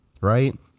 right